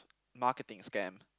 marketing scam